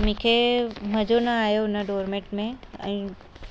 मूंखे मज़ो न आयो न डोरमेट में ऐं